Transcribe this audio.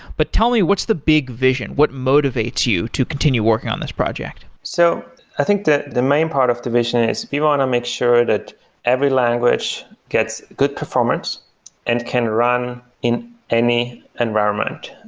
but tell me, what's the big vision? what motivates you to continue working on this project? so i think the the main part of the vision is we want to make sure that every language gets good performance and can run in any environment.